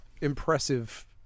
impressive